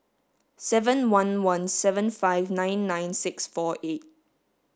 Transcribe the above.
seven one one seven five nine nine six four eight